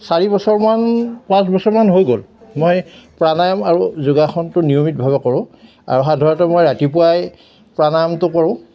চাৰি বছৰমান পাঁচ বছৰমান হৈ গ'ল মই প্ৰাণায়াম আৰু যোগাসনটো নিয়মিতভাৱে কৰোঁ আৰু সাধাৰণতে মই ৰাতিপুৱাই প্ৰাণায়ামটো কৰোঁ চাৰি বছৰমান পাঁচ বছৰমান হৈ গ'ল মই প্ৰাণায়াম আৰু যোগাসনটো নিয়মিতভাৱে কৰোঁ আৰু সাধাৰণতে মই ৰাতিপুৱাই প্ৰাণায়ামটো কৰোঁ